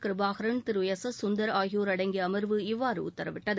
Kirubakaran S S Kandhar ஆகியோர் அடங்கிய அமர்வு இவ்வாறு உத்தரவிட்டது